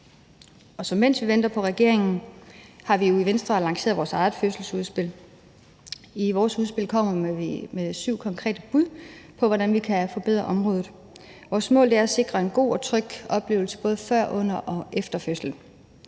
Så mens vi venter på regeringen, har vi jo i Venstre lanceret vores eget fødselsudspil. I vores udspil kommer vi med syv konkrete bud på, hvordan vi kan forbedre området. Vores mål er at sikre en god og tryg oplevelse både før, under og efter fødslen.